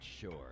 sure